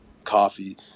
coffee